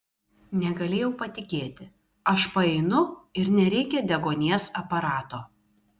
negalėjau patikėti aš paeinu ir nereikia deguonies aparato